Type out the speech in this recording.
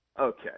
Okay